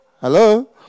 Hello